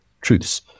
truths